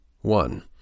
One